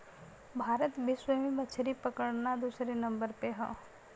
भारत विश्व में मछरी पकड़ना दूसरे नंबर पे हौ